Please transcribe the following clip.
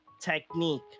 technique